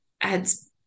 adds